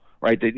right